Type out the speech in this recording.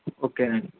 ఒకేనండి